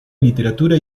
literatura